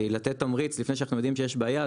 לתת תמריצים לפני שאנחנו יודעים שיש בעיה,